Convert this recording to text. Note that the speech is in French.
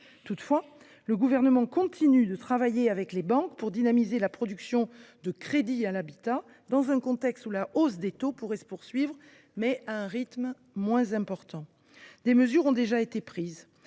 Toutefois, le Gouvernement continue de travailler avec les banques pour dynamiser la production de crédits à l’habitat, dans un contexte où la hausse des taux pourrait se poursuivre, mais à un rythme moins important. Des mesures ont déjà été prises.